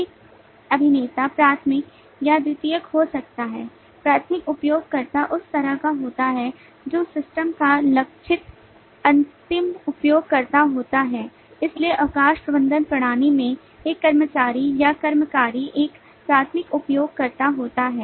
एक अभिनेता प्राथमिक या द्वितीयक हो सकता है प्राथमिक उपयोगकर्ता उस तरह का होता है जो सिस्टम का लक्षित अंतिम उपयोगकर्ता होता है इसलिए अवकाश प्रबंधन प्रणाली में एक कर्मचारी या कार्यकारी एक प्राथमिक उपयोगकर्ता होता है